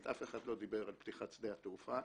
אף אחד לא דיבר על פתיחת שדה התעופה.